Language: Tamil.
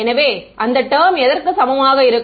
எனவே அந்த டெர்ம் எதற்கு சமமாக இருக்கும்